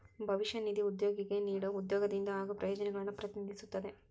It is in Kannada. ಭವಿಷ್ಯ ನಿಧಿ ಉದ್ಯೋಗಿಗೆ ನೇಡೊ ಉದ್ಯೋಗದಿಂದ ಆಗೋ ಪ್ರಯೋಜನಗಳನ್ನು ಪ್ರತಿನಿಧಿಸುತ್ತದೆ